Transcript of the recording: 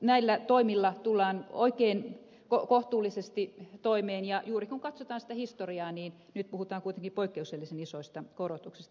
näillä toimilla tullaan oikein kohtuullisesti toimeen ja juuri kun katsotaan sitä historiaa niin nyt puhutaan kuitenkin poikkeuksellisen isoista korotuksista